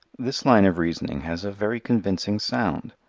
this line of reasoning has a very convincing sound.